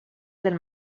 del